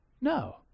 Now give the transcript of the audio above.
No